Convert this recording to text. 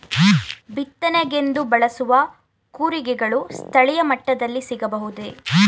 ಬಿತ್ತನೆಗೆಂದು ಬಳಸುವ ಕೂರಿಗೆಗಳು ಸ್ಥಳೀಯ ಮಟ್ಟದಲ್ಲಿ ಸಿಗಬಹುದೇ?